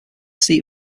seat